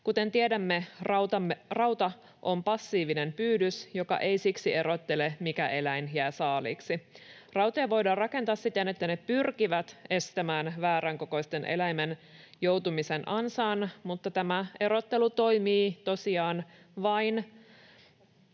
Kuten tiedämme, rauta on passiivinen pyydys, joka ei siksi erottele, mikä eläin jää saaliiksi. Raudat voidaan rakentaa siten, että ne pyrkivät estämään vääränkokoisen eläimen joutumisen ansaan, mutta tämä erottelu toimii tosiaan vain